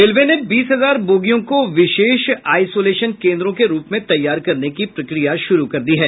railway ने बीस हजार बोगियों को विशेष आइसोलेशन केन्द्रों के रूप में तैयार करने की प्रक्रिया शुरू की है